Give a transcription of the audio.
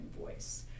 voice